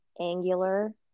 angular